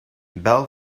bell